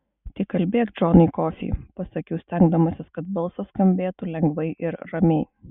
tai kalbėk džonai kofį pasakiau stengdamasis kad balsas skambėtų lengvai ir ramiai